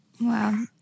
Wow